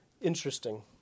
interesting